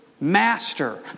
master